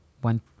one